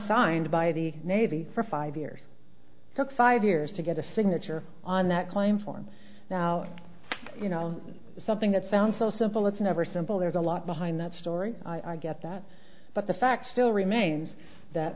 signed by the navy for five years took five years to get a signature on that claim form now you know something that sounds so simple it's never simple there's a lot behind that story i get that but the fact still remains that